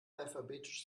alphabetisch